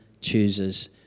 chooses